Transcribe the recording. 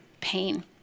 pain